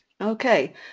Okay